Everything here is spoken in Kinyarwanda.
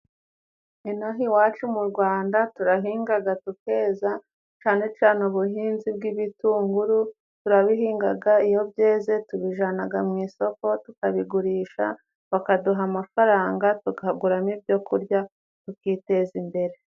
Inaha iwacu mu Rwanda turahingaga tukeza cane cane ubuhinzi bw'ibitunguru. Turabihingaga, iyo byeze tubijanaga mu isoko tukabigurisha bakaduha amafaranga tukaguramo ibyokurya tukiteza imbere.